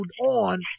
on